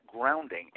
grounding